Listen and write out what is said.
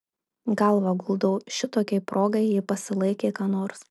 galvą guldau šitokiai progai ji pasilaikė ką nors